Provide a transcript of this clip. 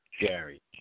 Jerry